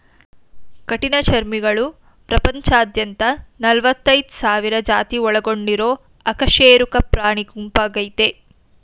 ಕಠಿಣಚರ್ಮಿಗಳು ಪ್ರಪಂಚದಾದ್ಯಂತ ನಲವತ್ತೈದ್ ಸಾವಿರ ಜಾತಿ ಒಳಗೊಂಡಿರೊ ಅಕಶೇರುಕ ಪ್ರಾಣಿಗುಂಪಾಗಯ್ತೆ